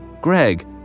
Greg